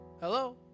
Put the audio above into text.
Hello